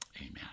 amen